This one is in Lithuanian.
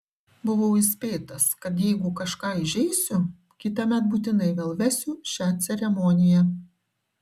buvau įspėtas kad jeigu kažką įžeisiu kitąmet būtinai vėl vesiu šią ceremoniją